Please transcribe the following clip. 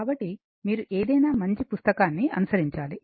కాబట్టి మీరు ఏదైనా మంచి పుస్తకాన్ని అనుసరించాలి